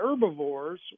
herbivores